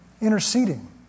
interceding